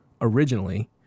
originally